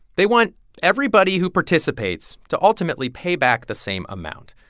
they want everybody who participates to ultimately pay back the same amount.